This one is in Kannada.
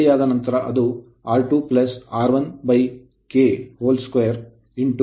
ಆದ್ದರಿಂದ ಬದಲಿಯಾದ ನಂತರ ಅದು R2 R1K 2 I2 2ಆಗಿರುತ್ತದೆ